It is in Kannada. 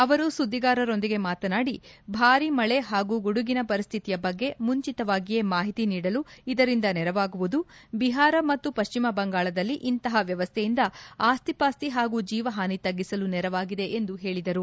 ಅವರು ಸುದ್ದಿಗಾರರೊಂದಿಗೆ ಮಾತನಾಡಿ ಭಾರೀ ಮಳೆ ಹಾಗೂ ಗುಡುಗಿನ ಪರಿಸ್ಟಿತಿಯ ಬಗ್ಗೆ ಮುಂಚಿತವಾಗಿಯೇ ಮಾಹಿತಿ ನೀಡಲು ಇದರಿಂದ ನೆರವಾಗುವುದು ಬಿಹಾರ ಮತ್ತು ಪಶ್ಚಿಮ ಬಂಗಾಳದಲ್ಲಿ ಇಂತಹ ವ್ಲವಶ್ಚೆಯಿಂದ ಆಸ್ತಿ ಪಾಸ್ತಿ ಹಾಗೂ ಜೀವಹಾನಿ ತಗ್ಗಿಸಲು ನೆರವಾಗಿದೆ ಎಂದು ಹೇಳಿದರು